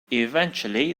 eventually